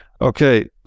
okay